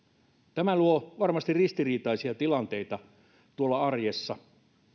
tämä luo varmasti ristiriitaisia tilanteita tuolla arjessa